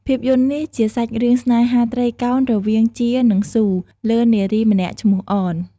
ភាពយន្តនេះជាសាច់រឿងស្នេហាត្រីកោណរវាងជា និងស៊ូ លើនារីម្នាក់ឈ្មោះ អន ។